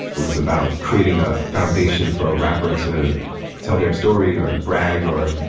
it was about creating a foundation for a rapper to tell their story or brag or